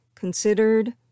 considered